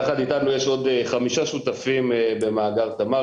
יחד איתנו יש עוד חמישה שותפים במאגר תמר.